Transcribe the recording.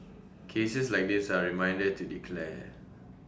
cases like this are reminder to declare